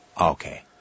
Okay